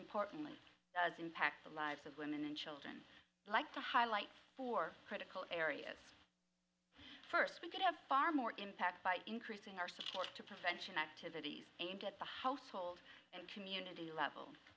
importantly does impact the lives of women and children like to highlight for critical areas first we could have far more impact by increasing our support to prevention activities and at the household and community level